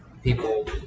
People